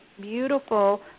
beautiful